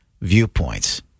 viewpoints